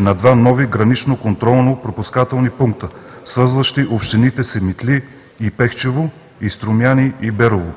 на два нови гранични контролно-пропускателни пункта, свързващи общините Симитли и Пехчево; Струмяни и Берово,